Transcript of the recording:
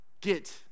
get